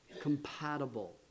compatible